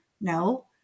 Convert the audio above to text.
No